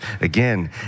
again